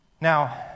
Now